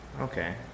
Okay